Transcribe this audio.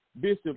Bishop